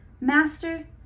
Master